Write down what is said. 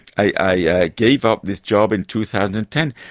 i gave up this job in two thousand and ten.